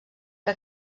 que